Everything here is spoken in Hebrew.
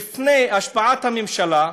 לפני השבעת הממשלה,